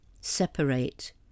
separate